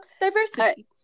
diversity